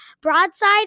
broadside